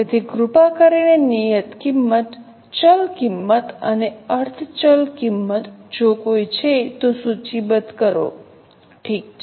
તેથી કૃપા કરીને નિયત કિંમત ચલ કિંમત અને અર્ધ ચલ કિંમત જો કોઈ છે તો સૂચિબદ્ધ કરો ઠીક છે